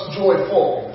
joyful